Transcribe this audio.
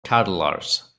toddlers